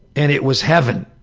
and it was heaven.